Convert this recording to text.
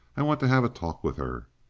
i want to have a talk with her.